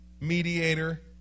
mediator